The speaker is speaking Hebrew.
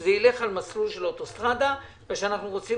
שזה ילך על מסלול של אוטוסטרדה ואנחנו רוצים